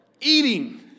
Eating